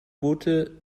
boote